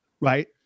right